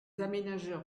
aménageurs